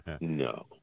No